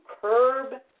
curb